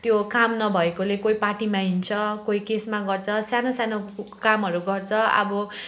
त्यो काम नभएकोले कोही पार्टीमा हिँड्छ कोही कसमा गर्छ सानो सानो कामहरू गर्छ अब